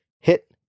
hit